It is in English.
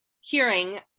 hearing